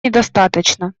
недостаточно